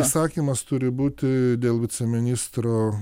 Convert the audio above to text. įsakymas turi būti dėl viceministro